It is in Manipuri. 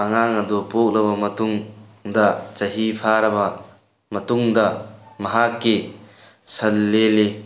ꯑꯉꯥꯡ ꯑꯗꯨ ꯄꯣꯡꯂꯕ ꯃꯇꯨꯡ ꯗ ꯆꯍꯤ ꯐꯥꯔꯕ ꯃꯇꯨꯡꯗ ꯃꯍꯥꯛꯀꯤ ꯁꯟ ꯂꯦꯜꯂꯤ